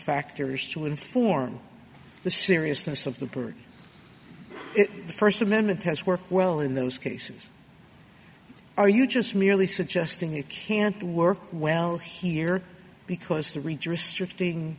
factors to inform the seriousness of the bird the first amendment has worked well in those cases are you just merely suggesting you can't work well here because the region restricting